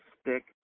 stick